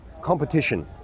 competition